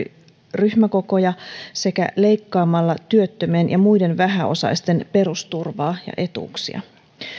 ryhmäkokoja sekä leikkaamalla työttömien ja muiden vähäosaisten perusturvaa ja etuuksia